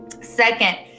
Second